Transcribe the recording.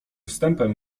wstępem